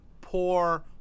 poor